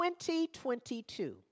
2022